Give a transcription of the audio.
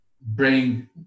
bring